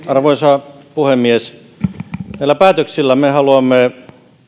arvoisa puhemies näillä päätöksillä me haluamme